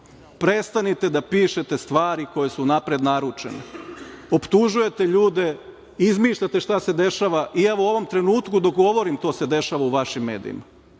Prestanite da pišete stvari koje su napred naručene. Optužujete ljude, izmišljate šta se dešava i evo u ovom trenutku dok govorim, to se dešava u vašim medijima.